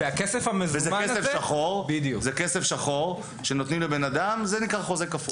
זה כסף שחור שנותנים לאדם, וזה נקרא חוזה כפול.